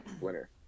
winner